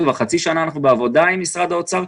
אנחנו כבר חצי שנה בעבודה עם משרד האוצר,